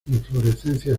inflorescencias